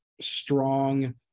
strong